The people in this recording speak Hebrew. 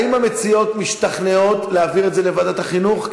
האם המציעות משתכנעות להעביר את זה לוועדת החינוך?